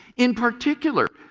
in particular,